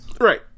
Right